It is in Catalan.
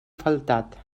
faltat